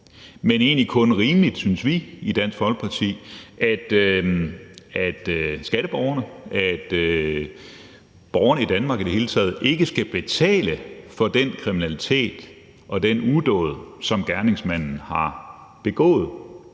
er egentlig kun rimeligt, synes vi i Dansk Folkeparti, at skatteborgerne og borgerne i Danmark i det hele taget ikke skal betale for den kriminalitet og den udåd, som gerningsmanden har begået.